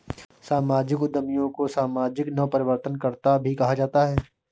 सामाजिक उद्यमियों को सामाजिक नवप्रवर्तनकर्त्ता भी कहा जाता है